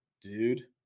dude